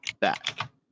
back